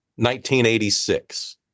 1986